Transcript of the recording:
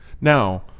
Now